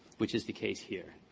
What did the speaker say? which is the case here.